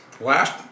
last